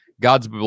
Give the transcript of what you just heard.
God's